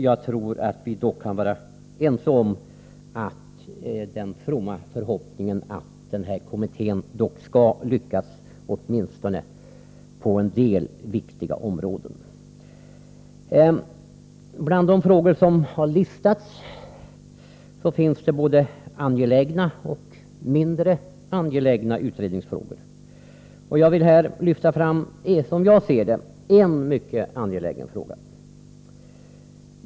Jag tror att vi kan vara ense om den fromma förhoppningen att denna kommitté skall lyckas, åtminstone på en del viktiga områden. Bland de utredningsfrågor som har listats finns både angelägna och mindre angelägna sådana. Jag vill här lyfta fram en, som jag ser det, mycket angelägen fråga.